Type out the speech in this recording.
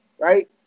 right